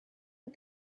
but